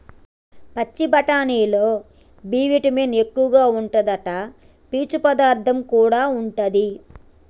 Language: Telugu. పచ్చి బఠానీలల్లో బి విటమిన్ ఎక్కువుంటాదట, పీచు పదార్థం కూడా ఉంటది